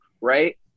right